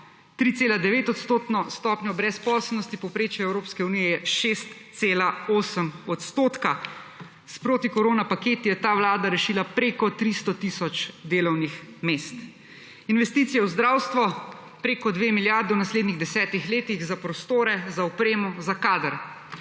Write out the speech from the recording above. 3,9 odstotno stopnjo brezposelnosti v povprečju EU je 6,8 odstotka. Sproti korona paketi je ta Vlada rešila preko 300 tisoč delovnih mest. Investicije v zdravstvo preko 2 milijarde v naslednjih 10 letih za prostore, za opremo, za kader.